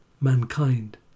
Mankind